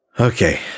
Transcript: okay